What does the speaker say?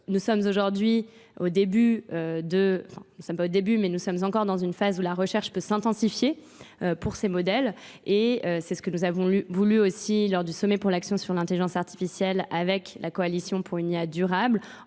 nous sommes aujourd'hui au début de, enfin nous sommes pas au début mais nous sommes encore dans une phase où la recherche peut s'intensifier pour ces modèles et c'est ce que nous avons voulu aussi lors du sommet pour l'action sur l'intelligence artificielle avec la coalition pour une IA durable